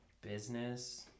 business